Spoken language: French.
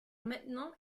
maintenant